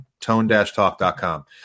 Tone-talk.com